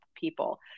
people